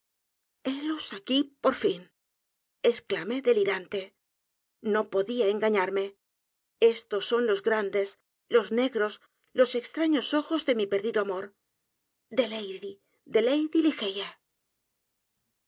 helos aquí por fin exclamé delirante no podía engañarme estos son los g r a n d e s los n e g r o s los extraños ojos de mi perdido a m o r de lady de lady l